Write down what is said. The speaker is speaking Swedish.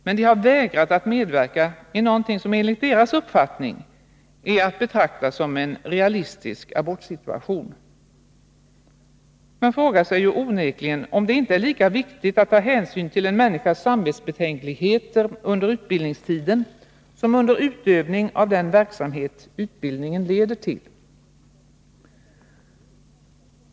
Men de har vägrat att medverka i något som enligt deras uppfattning är att betrakta som en realistisk abortsituation. Man frågar sig onekligen om det inte är lika viktigt att ta hänsyn till en människas samvetsbetänkligheter under hennes utbildningstid som under hennes utövning av den verksamhet utbildningen leder till.